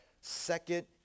second